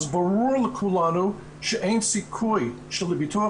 אז ברור לכולנו שאין סיכוי שלביטוח